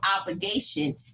obligation